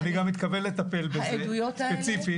אני גם מתכוון לטפל בזה ספציפית.